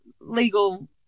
legal